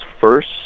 first